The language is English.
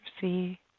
see